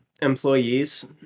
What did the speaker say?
employees